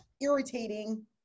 irritating